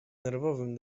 nerwowym